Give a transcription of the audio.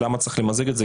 למה צריך למזג את זה,